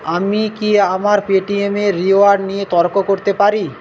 আমি কি আমার পে টি এমের রিওয়ার্ড নিয়ে তর্ক করতে পারি